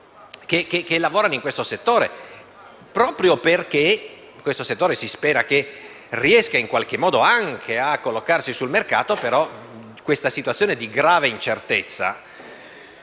che lavorano in questo settore, proprio perché si spera che riescano in qualche modo anche a collocarsi sul mercato. Tuttavia questa situazione di grave incertezza